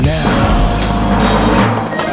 Now